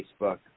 Facebook